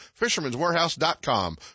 Fishermanswarehouse.com